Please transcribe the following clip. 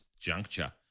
juncture